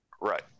right